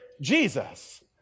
Jesus